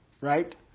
right